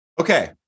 Okay